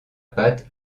patte